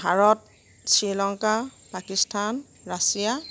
Bharat Sri Lanka Pakistan Russia